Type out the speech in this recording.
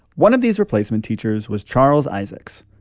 one of these replacement teachers was charles isaacs.